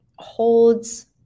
Holds